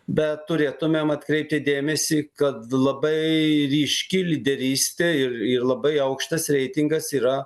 bet turėtumėm atkreipti dėmesį kad labai ryški lyderystė ir ir labai aukštas reitingas yra